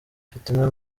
fitina